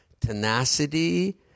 tenacity